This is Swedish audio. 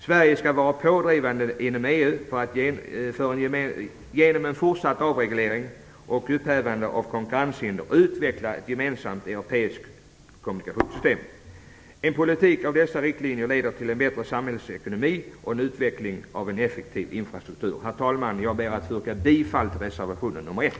Sverige skall vara pådrivande inom EU genom en fortsatt avreglering och upphävande av konkurrenshinder samt utveckla ett gemensamt europeiskt kommunikationssystem. En politik med dessa riktlinjer leder till en bättre samhällsekonomi och en utveckling av en effektiv infrastruktur. Herr talman! Jag ber att få yrka bifall till reservation nr 1.